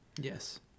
Yes